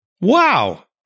Wow